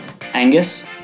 Angus